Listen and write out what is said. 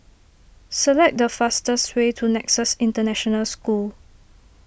select the fastest way to Nexus International School